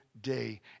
day